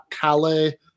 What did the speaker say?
Calais